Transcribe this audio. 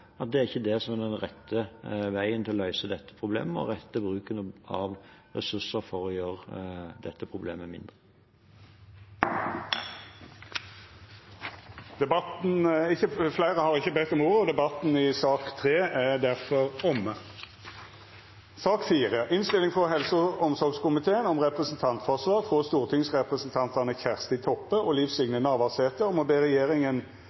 at det ikke er det som er den rette veien for å løse dette problemet, og den rette bruken av ressurser for å gjøre dette problemet mindre. Fleire har ikkje bedt om ordet til sak nr. 3. Etter ønske frå helse- og omsorgskomiteen vil presidenten føreslå at taletida vert avgrensa til 3 minutt til kvar partigruppe og